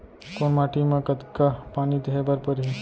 कोन माटी म कतका पानी देहे बर परहि?